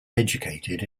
educated